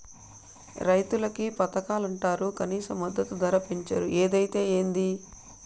రైతులకి పథకాలంటరు కనీస మద్దతు ధర పెంచరు ఏదైతే ఏంది